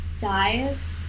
dies